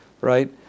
right